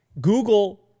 Google